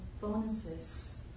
bonuses